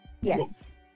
yes